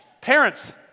Parents